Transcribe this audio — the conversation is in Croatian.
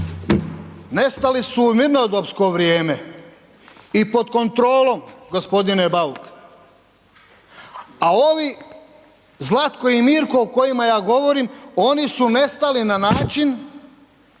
nestali su u mirnodopsko vrijeme i pod kontrolom g. Bauk, a ovi Zlatko i Mirko o kojima ja govorim, oni su nestali na način